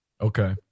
Okay